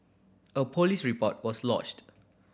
a police report was lodged